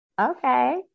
Okay